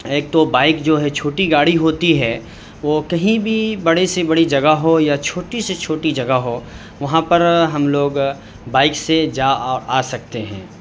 ایک تو بائک جو ہے چھوٹی گاڑی ہوتی ہے وہ کہیں بھی بڑے سے بڑی جگہ ہو یا چھوٹی سے چھوٹی جگہ ہو وہاں پر ہم لوگ بائک سے جا آ آ سکتے ہیں